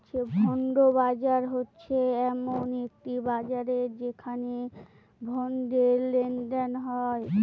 bond বাজার হচ্ছে এমন একটি বাজার যেখানে বন্ডে লেনদেন হয়